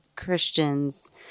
Christians